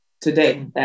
today